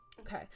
Okay